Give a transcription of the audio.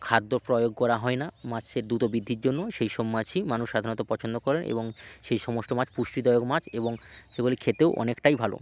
খাদ্য প্রয়োগ করা হয় না মাছের দ্রুত বৃদ্ধির জন্য সেই সব মাছই মানুষ সাধারণত পছন্দ করেন এবং সেই সমস্ত মাছ পুষ্টিদায়ক মাছ এবং সেগুলি খেতেও অনেকটাই ভালো